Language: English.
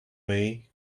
way